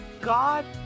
God